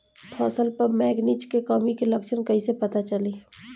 फसल पर मैगनीज के कमी के लक्षण कईसे पता चली?